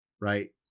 right